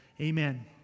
amen